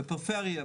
בפריפריה,